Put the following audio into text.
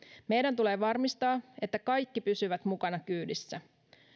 meidän tulee varmistaa että kaikki pysyvät mukana kyydissä